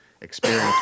Experience